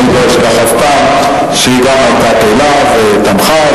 אני לא אשכח אף פעם שהיא גם היתה פעילה ותמכה.